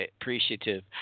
appreciative